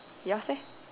yours eh